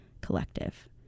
collective